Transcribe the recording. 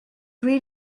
three